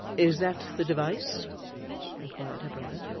is that the device inquired her brother.